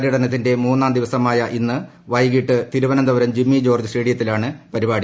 പര്യടനത്തിന്റെ മൂന്നാം ദിവസമായ ഇന്ന് വൈകീട്ട് തിരുവനന്തപുരം ജിമ്മി ജോർജ്ജ് സ്റ്റേഡിയത്തിലാണ് പരിപാടി